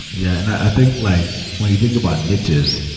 yeah, and i think like when you think about niches,